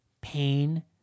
pain